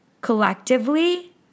collectively